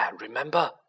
remember